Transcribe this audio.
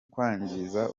kwangiza